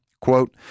Quote